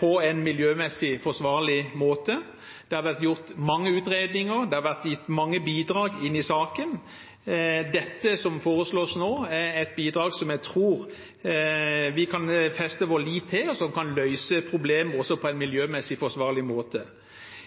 på en miljømessig forsvarlig måte. Det har vært gjort mange utredninger, det har vært gitt mange bidrag i saken. Dette som foreslås nå, er et bidrag som jeg tror vi kan feste vår lit til, og som også kan løse problemet på en miljømessig forsvarlig måte.